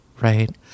right